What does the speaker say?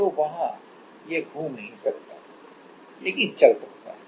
तो वहाँ यह घूम नहीं सकता लेकिन चल सकता है